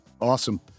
Awesome